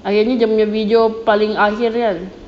ah ni dia punya video paling akhir kan